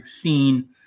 seen